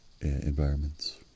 environments